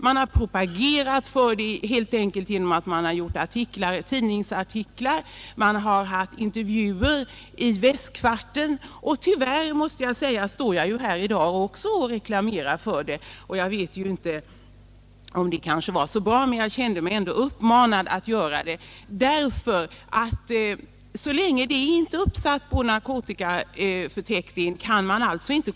Man har propagerat för det genom tidningsartiklar och genom intervjuer i Västkvarten, och tyvärr, måste jag säga, står ju också jag här i dag och reklamerar för det. Jag vet inte om det är så bra, men jag har känt mig manad att ta upp frågan, därför att man, så länge ämnet inte är uppsatt på narkotikaförteckningen, inte kan komma åt langarna.